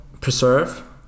preserve